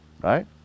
right